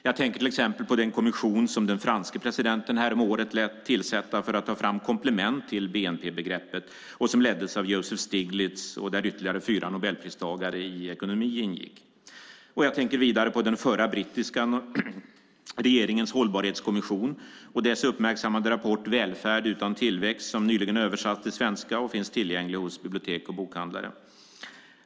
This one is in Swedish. Jag tänker till exempel på den kommission som den franske presidenten häromåret lät tillsätta för att ta fram komplement till bnp-begreppet. Den leddes av Joseph Stiglitz, och ytterligare fyra nobelpristagare i ekonomi ingick. Vidare tänker jag på den förra brittiska regeringens hållbarhetskommission och dess uppmärksammade rapport Välfärd utan tillväxt , som nyligen översatts till svenska och finns tillgänglig på bibliotek och hos bokhandlare.